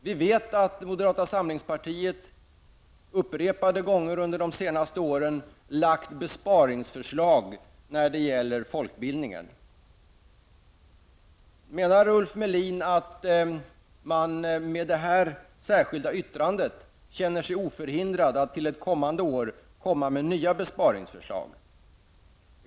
Vi vet att moderata samlingspartiet upprepade gånger under de senaste åren lagt fram besparingsförslag som gällt folkbildningen. Menar Ulf Melin att man med det särskilda yttrandet känner sig oförhindrad att till ett kommande år lägga fram nya besparingsförslag?